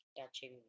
touching